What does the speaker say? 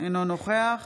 אינו נוכח